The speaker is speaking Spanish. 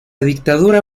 dictadura